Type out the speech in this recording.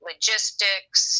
logistics